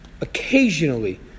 occasionally